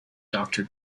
doctor